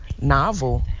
novel